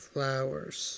Flowers